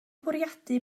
bwriadu